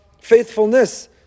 faithfulness